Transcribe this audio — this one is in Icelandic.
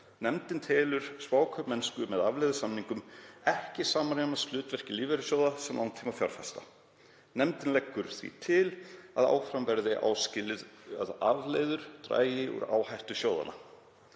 Nefndin telur spákaupmennsku með afleiðusamningum ekki samræmast hlutverki lífeyrissjóða sem langtímafjárfesta. Nefndin leggur því til að áfram verði áskilið að afleiður dragi úr áhættu sjóðanna